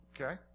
okay